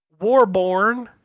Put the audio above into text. Warborn